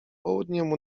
południem